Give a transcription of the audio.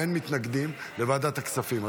ואין מתנגדים לוועדת הכספים,